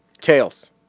tails